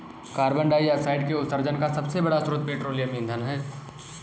carbon dioxide के उत्सर्जन का सबसे बड़ा स्रोत पेट्रोलियम ईंधन है